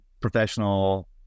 professional